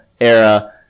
era